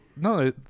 No